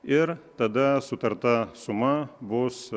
ir tada sutarta suma bus